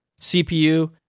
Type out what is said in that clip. CPU